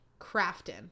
crafting